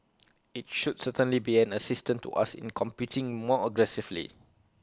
IT should certainly be an assistance to us in competing more aggressively